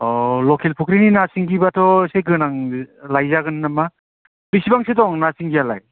अ' ल'केल फुख्रिनि ना सिंगिबाथ' एसे गोनां लायजागोन नामा बिसिबांथो दं ना सिंगिआलाय